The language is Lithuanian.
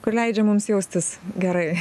kur leidžia mums jaustis gerai